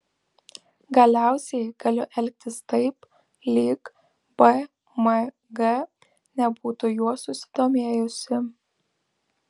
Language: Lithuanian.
galiausiai galiu elgtis taip lyg bmg nebūtų juo susidomėjusi